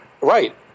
right